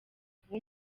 kuba